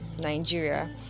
nigeria